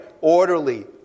orderly